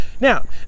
Now